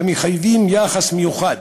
המחייבים יחס מיוחד